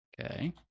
Okay